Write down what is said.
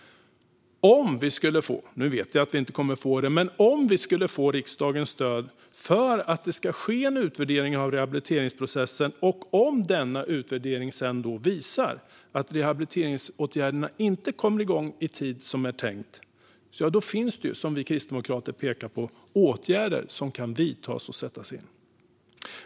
Nu vet jag att vi inte kommer att få det, men om vi skulle få riksdagens stöd för att det ska ske en utvärdering av rehabiliteringsprocessen och om denna utvärdering sedan visar att rehabiliteringsåtgärderna inte kommer igång i tid som tänkt finns det, som vi kristdemokrater pekar på, åtgärder som kan vidtas och sättas in.